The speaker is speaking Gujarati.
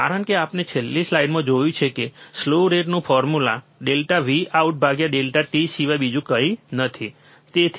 કારણ કે આપણે છેલ્લી સ્લાઇડમાં જોયું છે કે સ્લ્યુ રેટનું ફોર્મ્યુલા ∆Vout ∆t સિવાય બીજું કંઈ નથી તે નથી